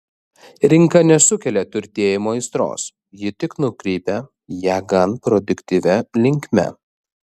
rinka nesukelia turtėjimo aistros ji tik nukreipia ją gan produktyvia linkme